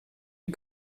you